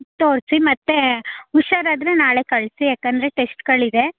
ತೋರಿಸಿ ಮತ್ತು ಹುಷಾರಾದರೆ ನಾಳೆ ಕಳಿಸಿ ಯಾಕಂದರೆ ಟೆಶ್ಟ್ಗಳಿದೆ